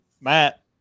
Matt